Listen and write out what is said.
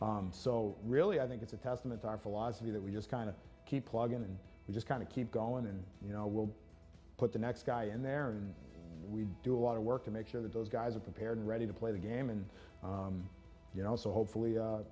so really i think it's a testament to our philosophy that we just kind of keep plugging and just kind of keep going and you know we'll put the next guy in there and we do a lot of work to make sure that those guys are prepared and ready to play the game and you know so hopefully